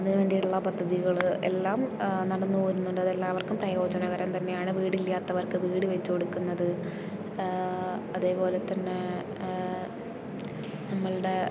അതിന് വേണ്ടിയിട്ടുള്ള പദ്ധതികൾ എല്ലാം നടന്ന് പോരുന്നുണ്ട് അത് എല്ലാവർക്കും പ്രയോജനകരം തന്നെയാണ് വീട് ഇല്ലാത്തവർക്ക് വീട് വെച്ച് കൊടുക്കുന്നത് അതേപോലെ തന്നെ നമ്മളുടെ